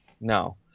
no